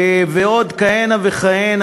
ועוד כהנה וכהנה,